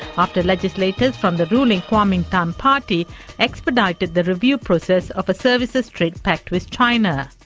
after legislators from the ruling kuomintang um party expedited the review process of a services trade pact with china.